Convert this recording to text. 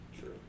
True